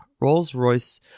Rolls-Royce